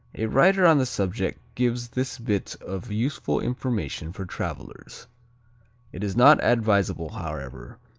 a writer on the subject gives this bit of useful information for travelers it is not advisable, however,